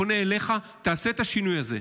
אני פונה אליך, תעשה את השינוי הזה.